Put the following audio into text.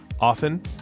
often